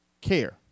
care